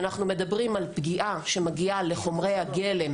ואנחנו מדברים על פגיעה שמגיעה לחומרי הגלם,